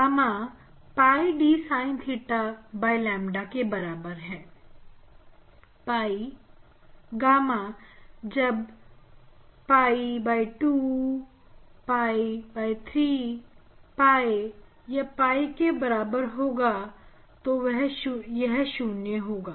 gamma 𝝿 d sin theta ƛ gamma जब pi 2 pi 3 𝝿 n 𝝿 के बराबर होगा तो यह शून्य होगा